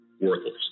worthless